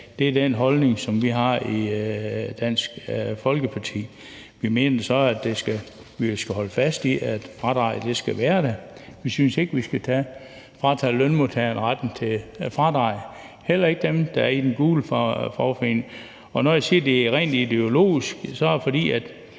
Det er den holdning, som vi har i Dansk Folkeparti. Vi mener altså, at man skal holde fast i, at fradraget skal være der. Vi synes ikke, at vi skal fratage lønmodtagerne retten til fradrag, heller ikke dem, der er i de gule fagforeninger. Og når jeg siger, at det er rent ideologisk, så er det, fordi det